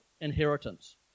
inheritance